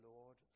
Lord